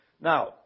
Now